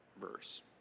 verse